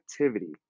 activity